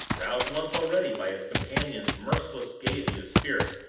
roused once already by his companion's merciless gayety of spirit,